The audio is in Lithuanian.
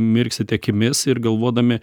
mirksite akimis ir galvodami